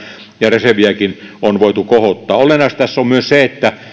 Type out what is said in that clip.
ja reserviäkin on voitu kohottaa olennaista tässä on myös se että